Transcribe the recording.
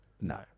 No